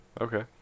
Okay